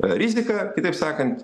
rizika kitaip sakant